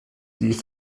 die